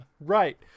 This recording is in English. Right